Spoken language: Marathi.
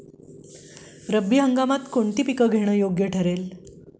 रब्बी हंगामात कोणती पिके घेणे योग्य ठरेल?